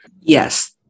yes